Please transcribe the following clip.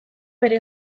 bere